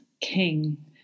king